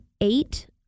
eight